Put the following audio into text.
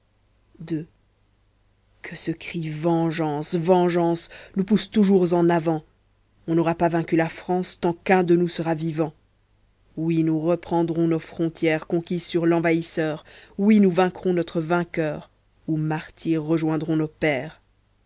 ii que ce cri vengeance vengeance nous pousse toujours en avant on n'aura pas vaincu la france tant qu'un de nous sera vivant oui nous reprendrons nos frontières conquises sur l'envahisseur oui nous vaincrons notre vainqueur ou martyrs rejoindrons nos pères